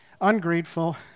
ungrateful